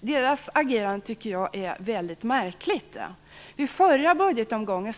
Jag tycker att dess agerande är väldigt märkligt. I den förra budgetomgången,